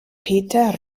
peter